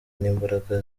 n’imbaraga